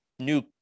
new